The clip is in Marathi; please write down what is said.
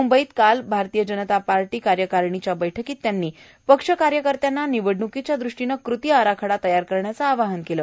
मुंबईत काल भाजप पक्ष कार्यकारणीच्या बैठकीत त्यांनी पक्ष कार्यकर्त्यांना निवडणुकीच्या दृष्टीनं कृती आराखडा तयार करण्याचं आवाहन केलं